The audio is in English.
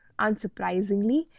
Unsurprisingly